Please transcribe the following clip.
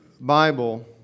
Bible